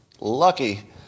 Lucky